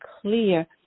clear